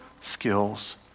skills